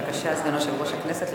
בבקשה, סגן יושב-ראש הכנסת.